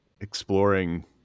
exploring